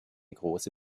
große